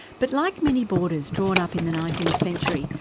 but like many borders drawn up in the nineteenth century,